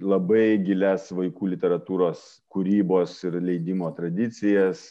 labai gilias vaikų literatūros kūrybos ir leidimo tradicijas